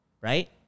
right